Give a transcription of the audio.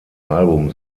album